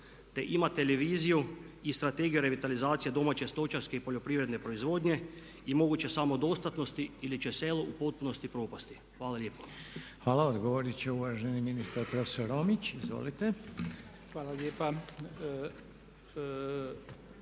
te imate li viziju i strategiju revitalizacije domaće stočarske i poljoprivredne proizvodnje i moguće samodostatnosti ili će selo u potpunosti propasti. Hvala lijepo. **Reiner, Željko (HDZ)** Hvala. Odgovorit će uvaženi ministar, prof. Romić. Izvolite. **Romić,